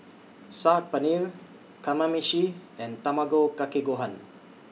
Saag Paneer Kamameshi and Tamago Kake Gohan